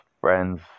friends